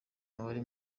umubare